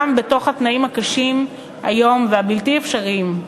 גם בתנאים הקשים והבלתי-אפשריים היום.